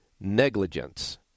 negligence